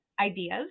ideas